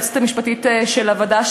היועצת המשפטית של הוועדה,